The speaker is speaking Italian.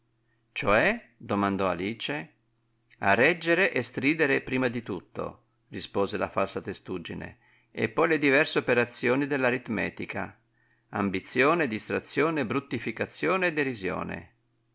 cioè domandò alice a reggere e stridere prima di tutto rispose la falsa testuggine e poi le diverse operazioni dellaritmetica ambizione distrazione bruttificazione e derisione